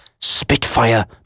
Spitfire